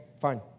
fine